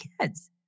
kids